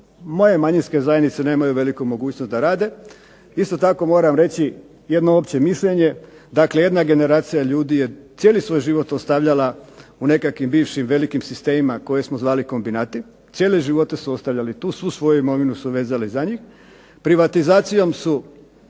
moje manjinske zajednice nemaju veliku mogućnost da rade. Isto tako moram reći jedno opće mišljenje. Dakle jedna generacija ljudi je cijeli svoj život ostavljala u nekakvim bivšim velikim sistemima koje smo zvali kombinati. Cijele živote su ostavljali tu, svu svoju imovinu su vezali za njih. Privatizacijom su